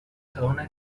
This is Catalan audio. s’adona